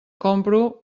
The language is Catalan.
compro